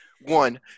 One